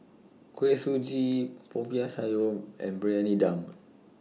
Kuih Suji Popiah Sayur and Briyani Dum